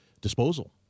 disposal